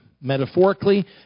Metaphorically